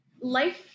life